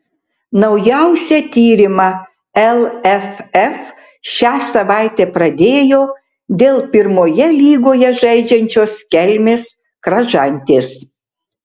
naujausią tyrimą lff šią savaitę pradėjo dėl pirmoje lygoje žaidžiančios kelmės kražantės